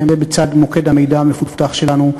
זה בצד מוקד המידע המפותח שלנו,